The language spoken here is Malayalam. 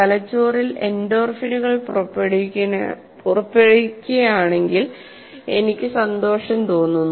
തലച്ചോറിൽ എൻഡോർഫിനുകൾ പുറപ്പെടുവിക്കുകയാണെങ്കിൽ എനിക്ക് സന്തോഷം തോന്നുന്നു